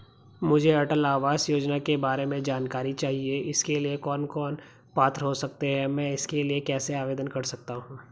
मुझे अटल आवास योजना के बारे में जानकारी चाहिए इसके लिए कौन कौन पात्र हो सकते हैं मैं इसके लिए कैसे आवेदन कर सकता हूँ?